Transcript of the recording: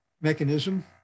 mechanism